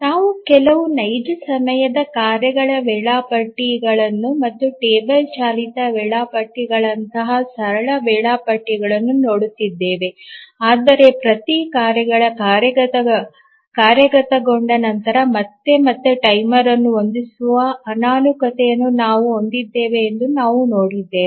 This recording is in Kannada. ನಾವು ಕೆಲವು ನೈಜ ಸಮಯದ ಕಾರ್ಯಗಳ ವೇಳಾಪಟ್ಟಿಗಳನ್ನು ಮತ್ತು ಟೇಬಲ್ ಚಾಲಿತ ವೇಳಾಪಟ್ಟಿಗಳಂತಹ ಸರಳ ವೇಳಾಪಟ್ಟಿಗಳನ್ನು ನೋಡುತ್ತಿದ್ದೇವೆ ಆದರೆ ಪ್ರತಿ ಕಾರ್ಯಗಳ ಕಾರ್ಯಗತtasks' executionಗೊಂಡ ನಂತರ ಮತ್ತೆ ಮತ್ತೆ ಟೈಮರ್ ಅನ್ನು ಹೊಂದಿಸುವ ಅನಾನುಕೂಲತೆಯನ್ನು ನಾವು ಹೊಂದಿದ್ದೇವೆ ಎಂದು ನಾವು ನೋಡಿದ್ದೇವೆ